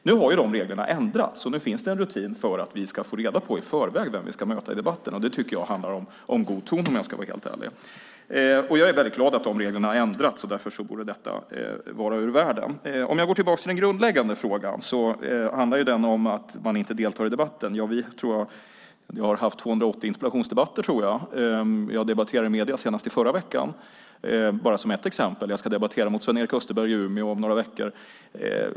Nu har dessa regler ändrats, och nu finns det en rutin för att vi i förväg ska få reda på vem vi ska möta i debatten. Det tycker jag handlar om god ton, om jag ska vara helt ärlig. Jag är glad att dessa regler har ändrats. Därför borde detta vara ur världen. Jag återgår till den grundläggande frågan. Den handlar om att man inte deltar i debatten. Jag tror att jag har haft 280 interpellationsdebatter. Jag debatterade i medierna senast i förra veckan, för att nämna ett exempel. Jag ska debattera mot Sven-Erik Österberg i Umeå om några veckor.